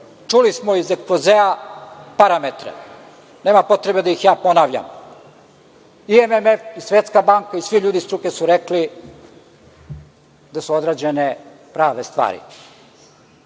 Čuli smo iz ekspozea parametra, nema potrebe da ih ja ponavljam. I MMF i Svetska banka i svi ljudi iz struke su rekli da su odrađene prave stvari.